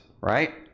right